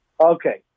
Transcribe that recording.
Okay